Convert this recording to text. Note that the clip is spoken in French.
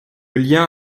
lien